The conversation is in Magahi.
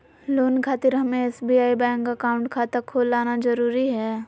लोन खातिर हमें एसबीआई बैंक अकाउंट खाता खोल आना जरूरी है?